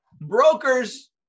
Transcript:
brokers